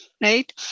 right